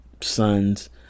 sons